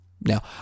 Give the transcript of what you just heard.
Now